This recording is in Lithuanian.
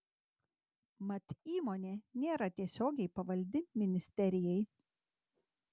mat įmonė nėra tiesiogiai pavaldi ministerijai